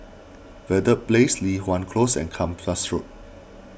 Verde Place Li Hwan Close and Kempas Road